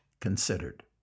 considered